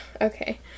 Okay